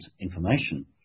information